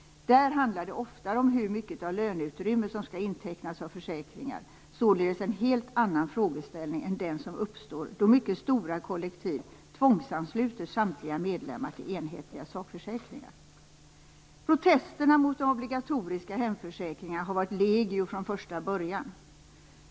Där handlar det oftare om hur mycket av löneutrymmet som skall intecknas av försäkringar, således en helt annan frågeställning än den som uppstår då mycket stora kollektiv tvångsansluter samtliga medlemmar till enhetliga sakförsäkringar. Protesterna mot de obligatoriska hemförsäkringarna har varit legio från första början.